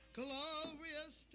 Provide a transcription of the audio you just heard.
glorious